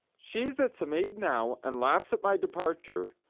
she that's a maid now, and laughs at my departure,